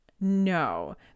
no